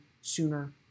sooner